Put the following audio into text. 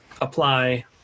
apply